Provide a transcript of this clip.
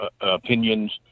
opinions